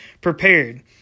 prepared